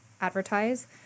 advertise